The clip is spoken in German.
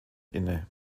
inne